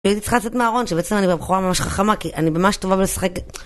הייתי צריכה לצאת מהארון, שבעצם אני בחורה ממש חכמה כי אני ממש טובה בלשחק